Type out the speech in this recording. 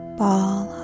ball